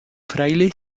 fraile